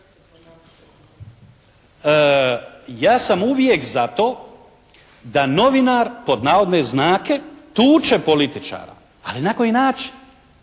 Ja sam uvijek za to da novinar pod navodne znake "tuče" političara, ali na koji način?